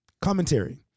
Commentary